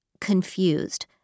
confused